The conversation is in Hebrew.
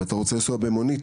אם אתה רוצה לנסוע במונית,